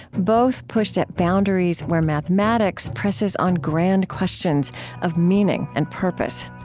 both pushed at boundaries where mathematics presses on grand questions of meaning and purpose.